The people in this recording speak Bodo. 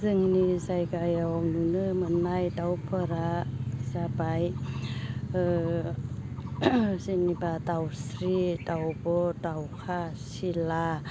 जोंनि जायगायाव नुनो मोननाय दाउफोरा जाबाय ओ जेनेबा दाउस्रि दाउब' दाउखा सिला